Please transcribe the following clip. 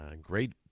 Great